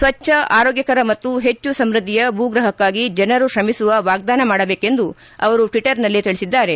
ಸ್ವಚ್ಛ ಆರೋಗ್ಯಕರ ಹಾಗೂ ಹೆಚ್ಚು ಸಮೃದ್ಧಿಯ ಭೂಗ್ರಹಕ್ಕಾಗಿ ಜನರು ತ್ರಮಿಸುವ ವಾಗ್ದಾನ ಮಾಡಬೇಕೆಂದು ಅವರು ಟ್ವೀಟ್ನಲ್ಲಿ ತಿಳಿಸಿದ್ದಾರೆ